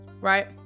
right